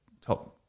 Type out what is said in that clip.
top